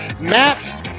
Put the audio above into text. Matt